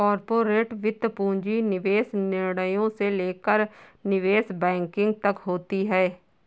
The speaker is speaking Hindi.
कॉर्पोरेट वित्त पूंजी निवेश निर्णयों से लेकर निवेश बैंकिंग तक होती हैं